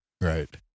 right